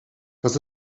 das